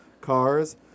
cars